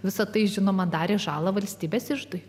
visa tai žinoma darė žalą valstybės iždui